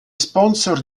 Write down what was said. sponsor